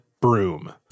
broom